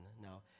Now